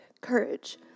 courage